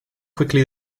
quickly